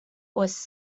was